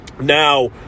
Now